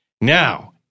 Now